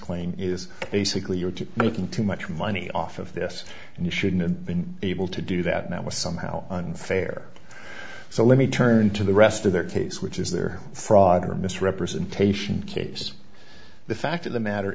claim is basically you're to making too much money off of this and you shouldn't have been able to do that now was somehow unfair so let me turn to the rest of their case which is their fraud or misrepresentation case the fact of the matter